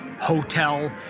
hotel